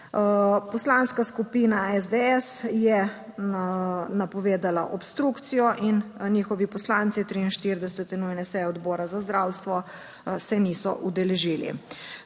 Poslanska skupina SDS je napovedala obstrukcijo. In njihovi poslanci 43. nujne seje Odbora za zdravstvo se niso udeležili.